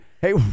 hey